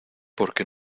porque